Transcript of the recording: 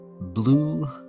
blue